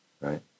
Right